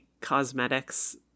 cosmetics